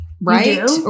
right